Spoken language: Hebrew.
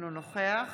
אינו נוכח